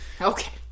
okay